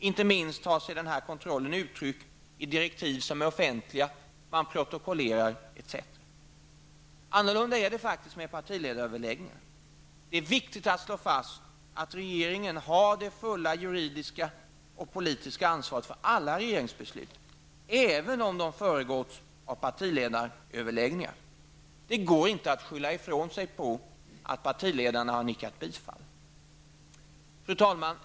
Inte minst tar sig denna kontroll uttryck i direktiv, som är offentliga -- Annorlunda är det faktiskt med partiledaröverläggningarna. Det är viktigt att slå fast att regeringen har det fulla politiska och juridiska ansvaret för alla regeringsbeslut, även om det har föregåtts av partiledaröverläggningar. Det går inte att skylla i från sig på att partiledarna har nickat bifall. Fru talman!